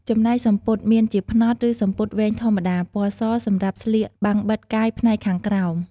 ចំណែកសំពត់មានជាផ្នត់ឬសំពត់វែងធម្មតា ពណ៌ស សម្រាប់ស្លៀកបាំងបិទកាយផ្នែកខាងក្រោម។